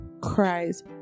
cries